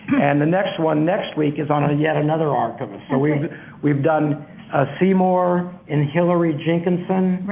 and the next one next week is on ah yet another archivist. so we've we've done seymour and hillary jenkinson,